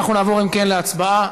אנחנו נעבור, אם כן, להצבעה.